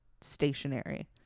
stationary